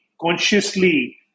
consciously